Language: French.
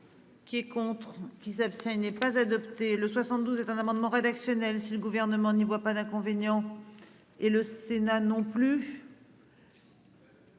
Qui est contre qui s'abstient n'est pas adopté le 72 est un amendement rédactionnel. Si le gouvernement n'y voit pas d'inconvénient. Et le Sénat non plus.